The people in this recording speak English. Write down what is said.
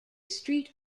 street